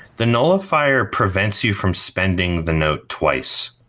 the nullifier prevents you from spending the note twice.